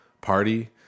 party